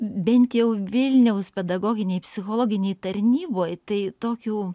bent jau vilniaus pedagoginėj psichologinėj tarnyboj tai tokių